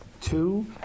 two